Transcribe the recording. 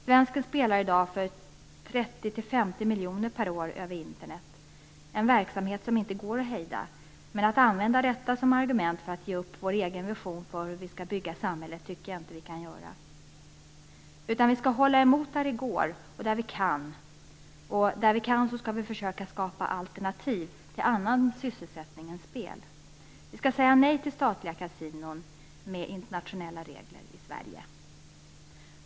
Svenskar spelar i dag för 30 50 miljoner per år via Internet, en verksamhet som inte går att hejda. Men använda detta som argument för att ge upp vår egen vision för hur vi skall bygga samhället tycker jag inte att vi kan göra. Vi skall hålla emot där det går och där vi kan, och där vi kan skall vi försöka skapa alternativ med annan sysselsättning än spel. Vi skall säga nej till statliga kasinon med internationella regler i Sverige.